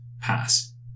pass